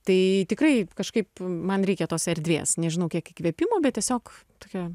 tai tikrai kažkaip man reikia tos erdvės nežinau kiek įkvėpimo bet tiesiog tokia